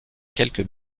quelques